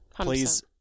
Please